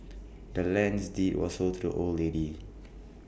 the land's deed was sold to the old lady